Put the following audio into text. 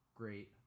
great